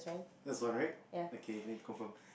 that's one right okay then confirm